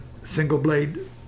single-blade